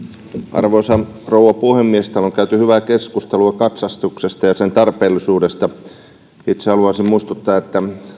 arvoisa rouva puhemies täällä on käyty hyvää keskustelua katsastuksesta ja sen tarpeellisuudesta itse haluaisin muistuttaa